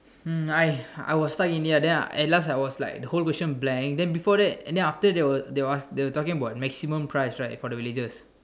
hmm I I was stuck in it ah then I at last I was like the whole question blank then before that and then after after they were they were they were talking about maximum price right for the villagers